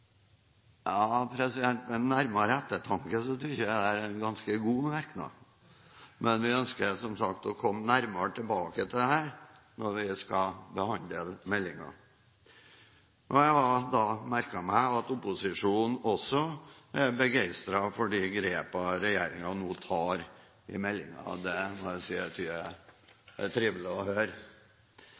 nærmere ettertanke synes jeg dette er en ganske god merknad, men vi ønsker som sagt å komme nærmere tilbake til dette når vi skal behandle meldingen. Jeg har merket meg at opposisjonen også er begeistret for de grepene regjeringen nå tar i meldingen. Det må jeg si er trivelig å høre. Men jeg